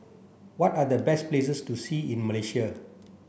what are the best places to see in Malaysia